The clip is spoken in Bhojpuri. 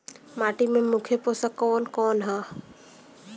माटी में मुख्य पोषक कवन कवन ह?